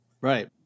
right